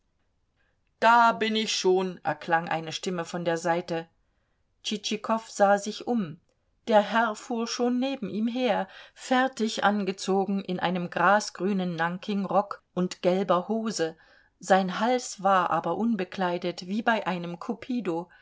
da bin ich schon erklang eine stimme von der seite tschitschikow sah sich um der herr fuhr schon neben ihm her fertig angezogen in einem grasgrünen nankingrock und gelber hose sein hals war aber unbekleidet wie bei einem kupido